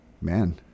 Man